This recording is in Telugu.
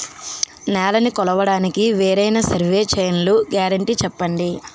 నేలనీ కొలవడానికి వేరైన సర్వే చైన్లు గ్యారంటీ చెప్పండి?